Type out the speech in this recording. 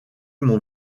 mon